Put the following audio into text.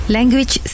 Language